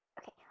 Okay